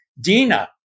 Dina